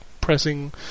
Pressing